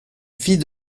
vie